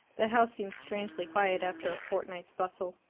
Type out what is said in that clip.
the house seemed strangely quiet after a fortnight's bustle,